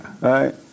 right